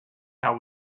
how